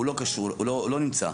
הוא לא קשור, הוא לא נמצא.